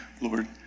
Lord